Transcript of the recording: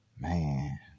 Man